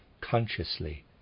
consciously